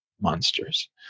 monsters